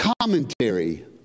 commentary